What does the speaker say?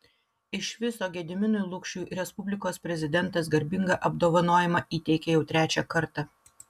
iš viso gediminui lukšiui respublikos prezidentas garbingą apdovanojimą įteikė jau trečią kartą